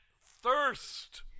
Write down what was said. thirst